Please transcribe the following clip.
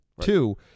two